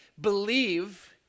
believe